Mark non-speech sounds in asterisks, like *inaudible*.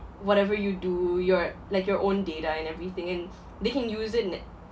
whatever you do your like your own data and everything and they can use it *noise*